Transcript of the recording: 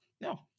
No